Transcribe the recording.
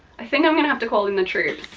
i think i'm gonna have to call in the troops.